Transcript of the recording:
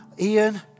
Ian